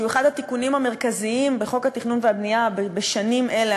שהוא אחד התיקונים המרכזיים בחוק התכנון והבנייה בשנים אלה,